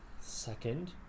second